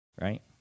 Right